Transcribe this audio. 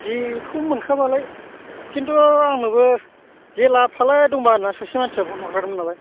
जेखौ मोनखाबालाय खिन्थु आंनोबो जे लाबोफालै दंबा होन्नानै सासे मानसिया फन हरखादोंमोन नालाय